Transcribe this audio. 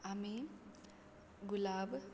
आमी गुलाब